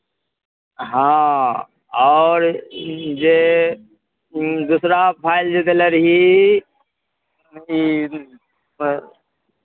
हँ आओर जे दूसरा फाइल जे देने रही ई प्